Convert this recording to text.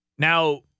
Now